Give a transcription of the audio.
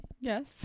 Yes